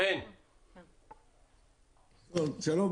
חן, שלום.